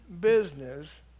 business